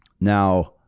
Now